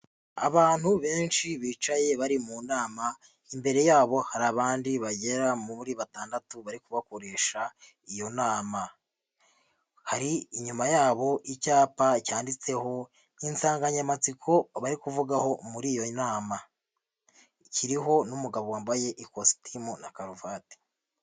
Abantu benshi bicaye bari mu nama, imbere yabo hari abandi bagera muri batandatu, bari bakoresha iyo nama. Hari inyuma yabo icyapa cyanditseho n'insanganyamatsiko bari kuvugaho muri iyo nama. Kiriho n'umugabo wambaye ikositimu na karuvati.